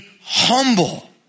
humble